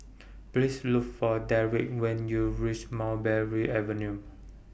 Please Look For Deric when YOU REACH Mulberry Avenue